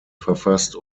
verfasst